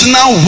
now